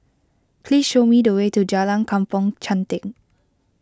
please show me the way to Jalan Kampong Chantek